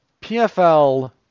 PFL